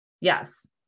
Yes